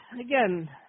again